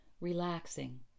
relaxing